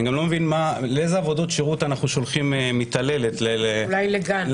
אני גם לא מבין לאיזה עבודות שירות אנחנו שולחים מתעללת לגן?